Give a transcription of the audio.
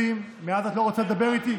מאז את לא רוצה לדבר איתי,